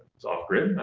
it's off grid,